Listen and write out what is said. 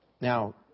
Now